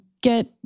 get